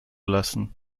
lassen